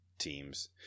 Teams